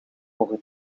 over